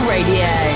Radio